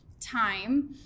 time